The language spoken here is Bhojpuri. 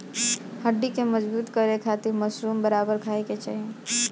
हड्डी के मजबूत करे खातिर मशरूम बराबर खाये के चाही